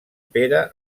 pere